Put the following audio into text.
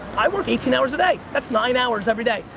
i work eighteen hours a day, that's nine hours every day.